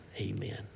Amen